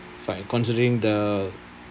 fi~ considering the